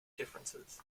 differences